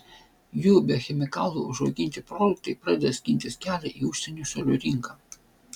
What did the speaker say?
jų be chemikalų užauginti produktai pradeda skintis kelią į užsienio šalių rinką